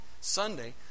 Sunday